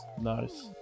Nice